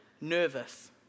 nervous